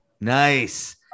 Nice